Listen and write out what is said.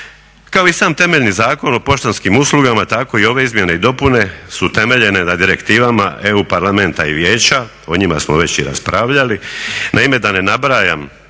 Kao i sam temeljni Zakon o poštanskim uslugama tako i ove izmjene i dopune su utemeljene na direktivama EU parlamenta i Vijeća, o njima smo već i raspravljali.